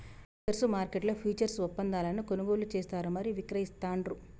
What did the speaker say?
futures మార్కెట్లో futures ఒప్పందాలను కొనుగోలు చేస్తారు మరియు విక్రయిస్తాండ్రు